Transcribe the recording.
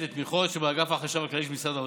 הכללי שבמשרד האוצר,